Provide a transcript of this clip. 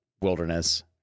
wilderness